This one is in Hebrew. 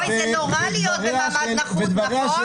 אוי, זה נורא להיות במעמד נחות, נכון?